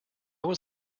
was